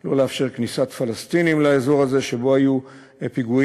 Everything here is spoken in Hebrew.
לא לאפשר כניסת פלסטינים לאזור הזה שבו היו פיגועים,